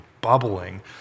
bubbling